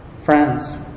Friends